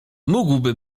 mógłby